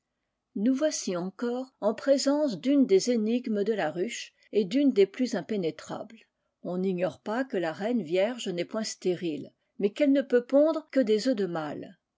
nous voici encore en présence d'une des énigmes de la ruche et d'une des plus impénétrables on n'ignore pas que la reine vierge n'est point stérile mais qu'elle ne peut pondre que des œufs de mâles